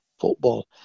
football